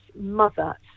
mother